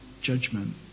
judgment